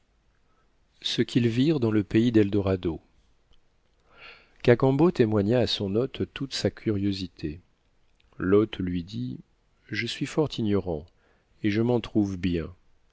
pays d'eldorado cacambo témoigna à son hôte toute sa curiosité l'hôte lui dit je suis fort ignorant et je m'en trouve bien